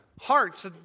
hearts